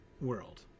world